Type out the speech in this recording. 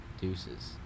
Deuces